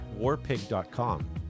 WarPig.com